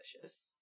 delicious